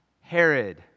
Herod